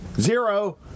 Zero